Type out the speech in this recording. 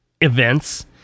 events